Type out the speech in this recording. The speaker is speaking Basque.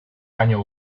baino